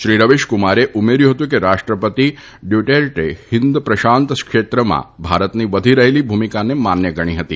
શ્રી રવિશકુમારે ઉમેર્યું હતું કે રાષ્ટ્રપતિ ડ્યુટેર્ટે હિન્દ પ્રશાંત ક્ષેત્રમાં ભારતની વધી રહેલી ભૂમિકાને માન્ય ગણી હતી